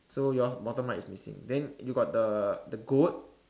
so your's bottom right is missing then you got the goat